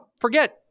forget